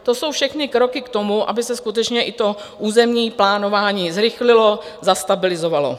To jsou všechny kroky k tomu, aby se skutečně i to územní plánování zrychlilo, zastabilizovalo.